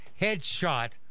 Headshot